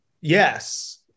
yes